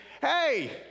hey